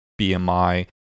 BMI